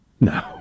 No